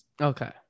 Okay